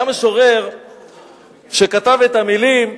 היה משורר שכתב את המלים: